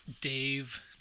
Dave